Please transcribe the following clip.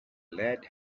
lead